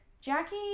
Jackie